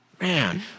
Man